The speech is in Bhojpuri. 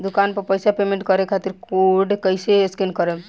दूकान पर पैसा पेमेंट करे खातिर कोड कैसे स्कैन करेम?